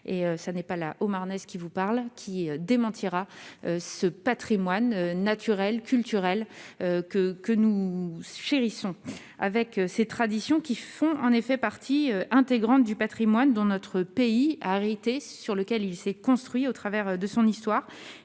Ce n'est pas la Haut-Marnaise qui vous parle qui démentira l'existence de ce patrimoine naturel et culturel, que nous chérissons. Ces traditions font en effet partie intégrante du patrimoine dont notre pays a hérité et sur lequel il s'est construit, au travers de son histoire.